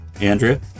Andrea